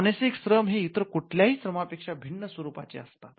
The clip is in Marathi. मानसिक श्रम हे इतर कुठल्याही श्रमा पेक्षा भिन्न स्वरूपाचे असतात